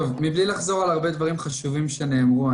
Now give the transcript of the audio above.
מבלי לחזור על הרבה דברים חשובים שנאמרו,